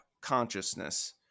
consciousness